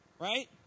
Right